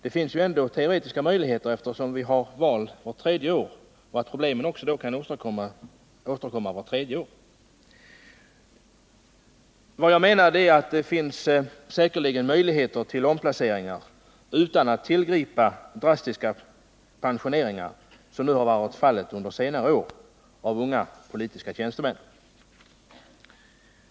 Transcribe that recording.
Eftersom vi har val vart tredje år finns det i varje fall teoretiska möjligheter att problemen kan återkomma vart tredje år. Vad jag menar är att det säkerligen finns möjligheter till omplaceringar, så att man slipper tillgripa så drastiska pensioneringar av unga politiska tjänstemän som skett under senare år.